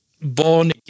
born